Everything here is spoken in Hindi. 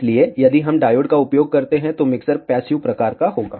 इसलिए यदि हम डायोड का उपयोग करते हैं तो मिक्सर पैसिव प्रकार का होगा